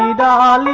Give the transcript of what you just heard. um da